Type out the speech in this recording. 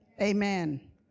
Amen